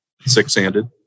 six-handed